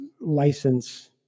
license